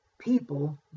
people